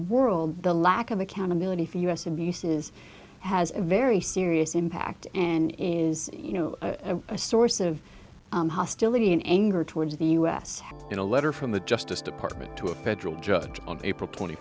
world the lack of accountability for u s abuses has a very serious impact and is you know a source of hostility and anger towards the u s in a letter from the justice department to a federal judge on april twenty